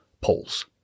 polls